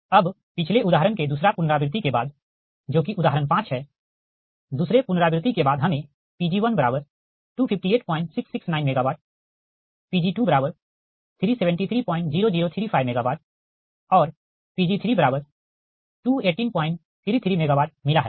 अब पिछले उदाहरण के दूसरे पुनरावृति के बाद जो कि उदाहरण 5 है दूसरे पुनरावृति के बाद हमें Pg1 258669 MW Pg2 3730035 MW और Pg3218335 MW मिला है